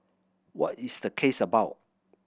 what is the case about